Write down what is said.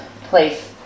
place